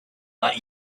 not